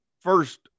first